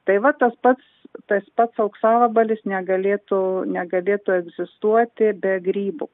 tai va tas pats tas pats auksavabalis negalėtų negalėtų egzistuoti be grybų